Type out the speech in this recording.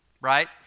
Right